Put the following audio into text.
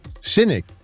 Cynic